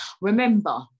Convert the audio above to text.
remember